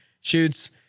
shoots